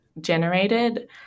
generated